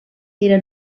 era